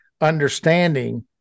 understanding